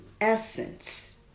essence